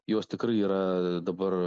jos tikrai yra dabar